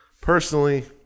Personally